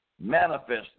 manifested